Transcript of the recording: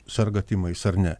serga tymais ar ne